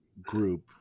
group